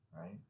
right